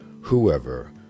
whoever